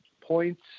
points